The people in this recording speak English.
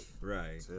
Right